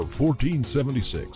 1476